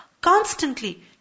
Constantly